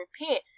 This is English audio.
repent